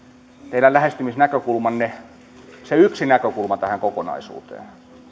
teidän lähestymisnäkökulmanne se yksi näkökulma tähän kokonaisuuteen